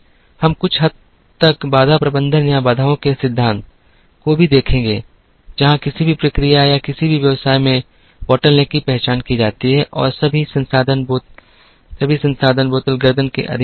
हम कुछ हद तक बाधा प्रबंधन या बाधाओं के सिद्धांत को भी देखेंगे जहां किसी भी प्रक्रिया या किसी भी व्यवसाय में टोंटी की पहचान की जाती है और सभी संसाधन बोतल गर्दन के अधीन होते हैं